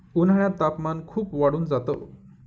उन्हाळ्यात तापमान खूप वाढून जात